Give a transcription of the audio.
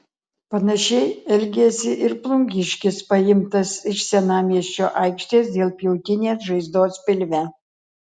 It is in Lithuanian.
panašiai elgėsi ir plungiškis paimtas iš senamiesčio aikštės dėl pjautinės žaizdos pilve